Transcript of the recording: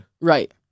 Right